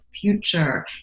future